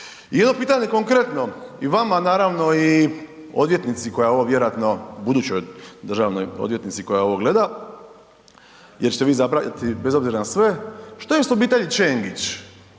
i odvjetnici koja ovo vjerojatno, budućoj državnoj odvjetnici koja ovo gleda jer ćete je vi izabrati bez obzira na sve, što je s obitelji Čengić?